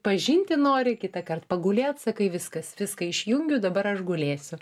pažinti nori kitąkart pagulėt sakai viskas viską išjungiu dabar aš gulėsiu